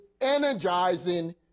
energizing